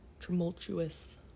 tumultuous